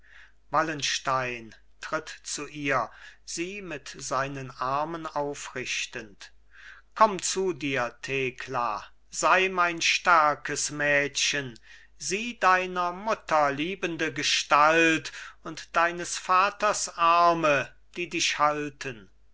wallenstein tritt zu ihr sie mit seinen armen aufrichtend komm zu dir thekla sei mein starkes mädchen sieh deiner mutter liebende gestalt und deines vaters arme die dich halten